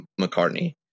McCartney